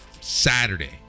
Saturday